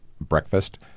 breakfast